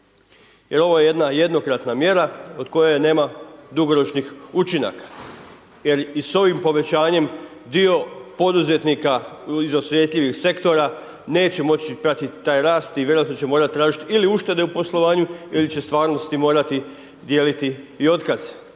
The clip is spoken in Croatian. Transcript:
Jel ovo je jedna jednokratna mjera od koje nema dugoročnih učinaka jel i s ovim povećanjem dio poduzetnika iz osjetljivih sektora neće moći pratiti taj rast i vjerojatno će morati tražiti ili uštede u poslovanju ili će u stvarnosti morati dijeliti i otkaz.